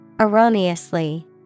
Erroneously